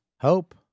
Hope